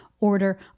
order